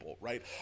right